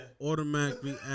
automatically